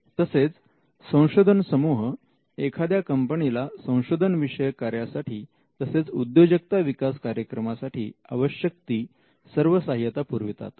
तसेच संशोधन समुह एखाद्या कंपनीला संशोधन विषयक कार्यासाठी तसेच उद्योजकता विकास कार्यक्रमासाठी आवश्यक ती सर्व सहाय्यता पुरवितात